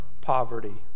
poverty